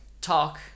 talk